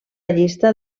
llista